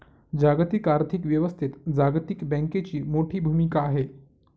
जागतिक आर्थिक व्यवस्थेत जागतिक बँकेची मोठी भूमिका आहे